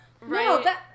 Right